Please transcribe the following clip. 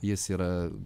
jis yra